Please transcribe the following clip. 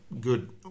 good